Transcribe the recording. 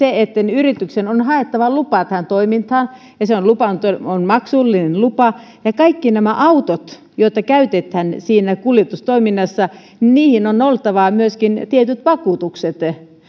yrityksen on haettava lupa tähän toimintaan ja se on on maksullinen lupa ja myöskin kaikkiin näihin autoihin joita käytetään siinä kuljetustoiminnassa on oltava tietyt vakuutukset